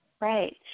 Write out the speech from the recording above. Right